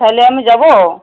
তাহলে আমি যাবো